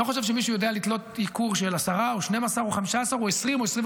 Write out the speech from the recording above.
לא חושב שמישהו יודע לתלות ייקור של 10% או 12% או 15% או 25%,